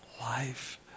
life